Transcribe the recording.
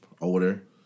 older